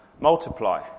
multiply